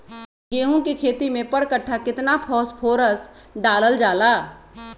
गेंहू के खेती में पर कट्ठा केतना फास्फोरस डाले जाला?